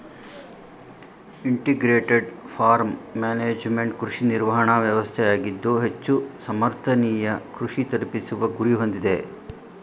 integrated farm management ಕೃಷಿ ನಿರ್ವಹಣಾ ವ್ಯವಸ್ಥೆಯಾಗಿದ್ದು ಹೆಚ್ಚು ಸಮರ್ಥನೀಯ ಕೃಷಿ ತಲುಪಿಸುವ ಗುರಿ ಹೊಂದಿದೆ